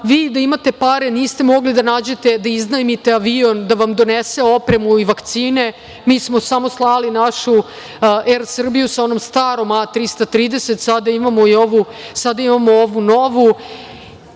vi, da imate pare, niste mogli da nađete, da iznajmite avion da vam donese opremu i vakcine. Mi smo samo slali našu „Er Srbiju“ sa onom starom A330, sada imamo ovu novu.